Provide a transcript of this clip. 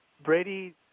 Brady